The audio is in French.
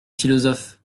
philosophes